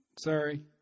Sorry